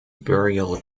burial